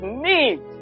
need